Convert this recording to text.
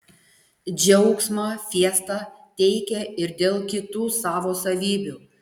džiaugsmą fiesta teikia ir dėl kitų savo savybių